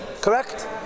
Correct